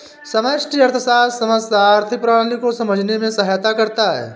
समष्टि अर्थशास्त्र समस्त आर्थिक प्रणाली को समझने में सहायता करता है